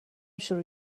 شروع